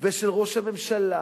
ושל ראש הממשלה,